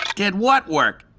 did what work?